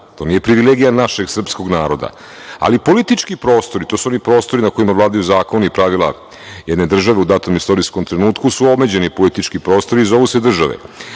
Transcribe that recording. to nije privilegija našeg srpskog naroda, ali politički prostori, to su oni prostori na kojima vladaju zakoni i pravila jedne države u datom istorijskom trenutku su omeđeni politički prostori i zovu se države.